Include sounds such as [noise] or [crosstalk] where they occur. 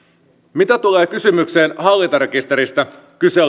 mitä tulee kysymykseen hallintarekisteristä kyse [unintelligible]